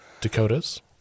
Dakotas